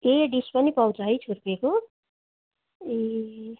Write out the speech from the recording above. ए dish पनि पाउँछ है छुर्पीको ए